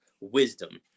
wisdom